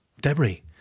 debris